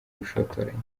ubushotoranyi